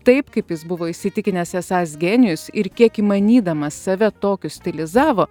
taip kaip jis buvo įsitikinęs esąs genijus ir kiek įmanydamas save tokiu stilizavo